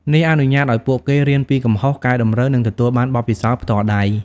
នេះអនុញ្ញាតឱ្យពួកគេរៀនពីកំហុស កែតម្រូវ និងទទួលបានបទពិសោធន៍ផ្ទាល់ដៃ។